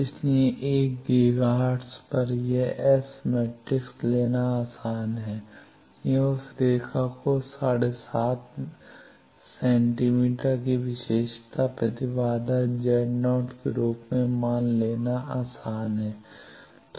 इसलिए 1 gigahertz पर यह एस मैट्रिक्स लेना आसान है यह उस रेखा को 75 सेंटीमीटर की विशेषता प्रतिबाधा Z 0 के रूप में मान लेना आसान है